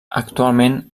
actualment